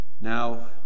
Now